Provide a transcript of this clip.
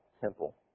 temple